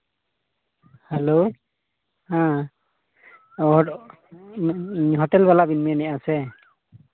hello ᱦᱮᱸ ᱟᱨ hotel ᱵᱟᱞᱟ ᱵᱮᱱ ᱢᱮᱱᱮᱫᱼᱟ ᱥᱮ